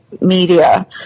media